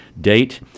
date